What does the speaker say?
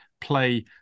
play